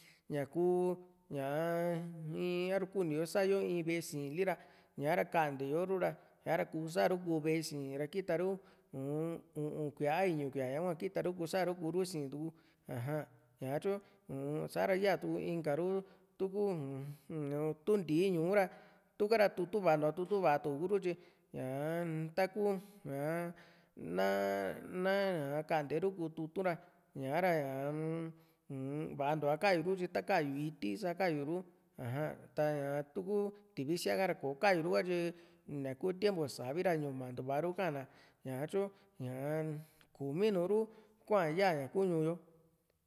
ña kuu ñá in a´ru kuni yo sa´a yo in ve´e siinli ra ña´ra kantiyo ru ra sa´ra kuu sa´ru kuu ve´e siin ra kita ru uu-n u´un kuía a iñu kuía ñaka hua kita ru kusa´ru kuru siintu ku aja ñatyu uu-n ña sa´ra yaa tu inka ru tu kuu uu-n tu ntíi ñú´u ra tuka ra tutu´n va´a ntuva tutu´n va´a tu kuru tyi ña´a taku ñaa na na kante ru kuu tutu´n ra ña´ra ñaa-m vantua kayuru ta ka´, yu iti sa kayu ru aja ta ña tú ku tiv´sia ka´ra ikayuru ka tyi ñaku tiempu savi ra yu´mantua ru ka´an na ña´tyu ñaa kumi nùù ru kua ya´ña kuu ñuu yo